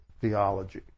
theology